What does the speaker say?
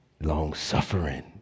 long-suffering